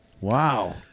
Wow